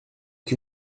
que